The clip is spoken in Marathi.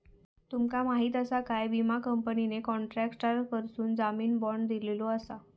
तुमका माहीत आसा काय, विमा कंपनीने कॉन्ट्रॅक्टरकडसून जामीन बाँड दिलेलो आसा